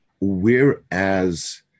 whereas